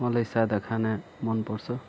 मलाई साधा खाना मनपर्छ